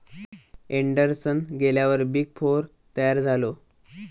Anderson गेल्यार big four तयार झालो